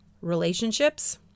relationships